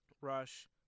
Rush